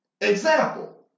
Example